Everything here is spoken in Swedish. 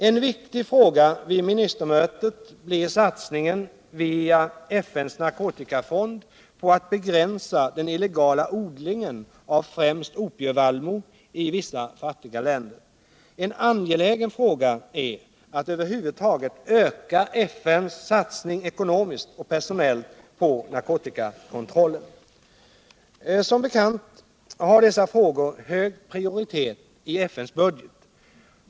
En viktig fråga vid ministermötet blir satsningen via FN:s narkotikafond på att begränsa den illegala odlingen av främst opievallmo i vissa fattiga länder. En angelägen fråga är att över huvud taget öka FN:s satsning ekonomiskt och personellt på narkotikakontrollen. Som bekant har dessa frågor hög prioritet i FN:s budget.